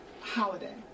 holiday